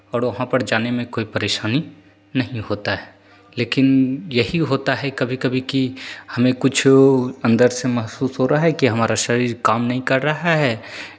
और वहाँ पर जाने में कोइ परेशानी नहीं होता है लेकिन यही होता है कभी कभी कि हमें कुच्छो अन्दर से महसूस हो रहा है कि हमारा शरीर काम नहीं कर रहा है